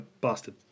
bastard